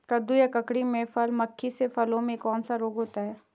कद्दू या ककड़ी में फल मक्खी से फलों में कौन सा रोग होता है?